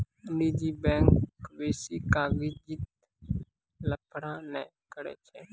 निजी बैंक बेसी कागजी लफड़ा नै करै छै